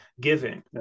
giving